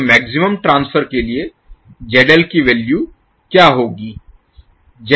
तो maximum transfer के लिए ZL की वैल्यू क्या होगी